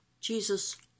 Jesus